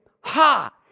Ha